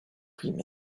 cream